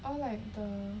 orh like the